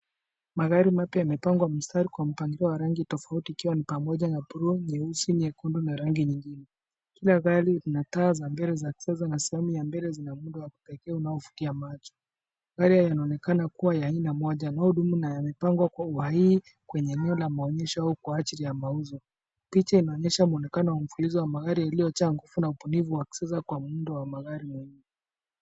Magari mapya yamepangwa mstari kwa mpangilio wa rangi tofauti, ikiwa ni pamoja na bluu, nyeusi, nyekundu, na rangi nyingine. Kila gari lina taa za mbele za kisasa na sehemu ya mbele zina muundo wa kipekee unaovutia macho. Magari haya yanaonekana ya kuwa aina moja. Yanayodumu na yamepangwa kwa uhaii kwenye eneo la maonyesho au kwa ajili ya mauzo. Picha inaonyesha mwonekano wa mfululizo wa magari yaliyojaa nguvu na ubunifu wa kisasa kwa muundo wa magari mengi.